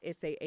SAA